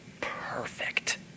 Perfect